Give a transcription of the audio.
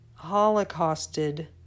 holocausted